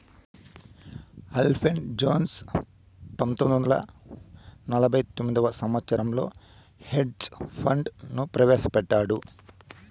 Alfred Jones పంతొమ్మిది వందల నలభై తొమ్మిదవ సంవచ్చరంలో హెడ్జ్ ఫండ్ ను ప్రవేశపెట్టారు